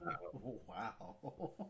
wow